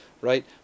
right